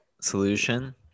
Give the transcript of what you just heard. solution